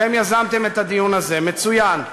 אתם יזמתם את הדיון הזה, מצוין.